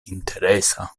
interesa